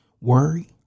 Worry